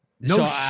No